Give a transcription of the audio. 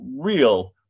real